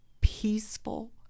peaceful